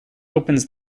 opens